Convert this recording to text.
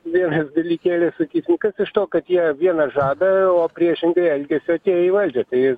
vienas dalykėlis sakysim kas iš to kad jie vieną žada o priešingai elgiasi atėję į valdžią tai